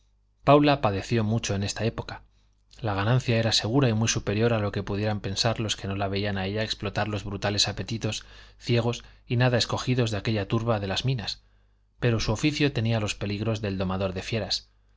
paula padeció mucho en esta época la ganancia era segura y muy superior a lo que pudieran pensar los que no la veían a ella explotar los brutales apetitos ciegos y nada escogidos de aquella turba de las minas pero su oficio tenía los peligros del domador de fieras